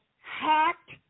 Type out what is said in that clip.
hacked